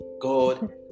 God